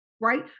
right